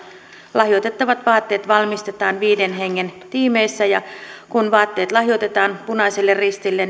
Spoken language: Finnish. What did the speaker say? lahjoitettavat vaatteet valmistetaan viiden hengen tiimeissä ja sen jälkeen kun vaatteet on lahjoitettu punaiselle ristille